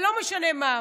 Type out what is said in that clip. לא משנה מה.